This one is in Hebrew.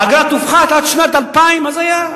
האגרה תופחת עד שנת אלפיים, מה זה היה?